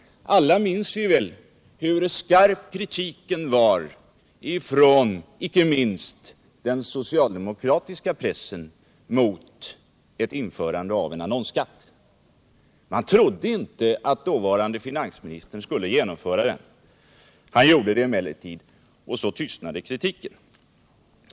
Alla minns vi väl hur stark kritiken var från icke minst den socialdemokratiska pressen mot ett införande av en annonsskatt. Man trodde inte att dåvarande finansministern skulle genomföra detta. Han gjorde det emellertid, och så tystnade kritiken.